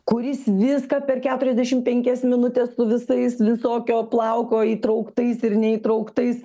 kuris viską per keturiasdešimt penkias minutes su visais visokio plauko įtrauktais ir neįtrauktais